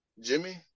Jimmy